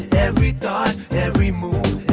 every thought, every move,